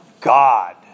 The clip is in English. God